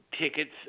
tickets